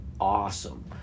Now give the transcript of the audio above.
awesome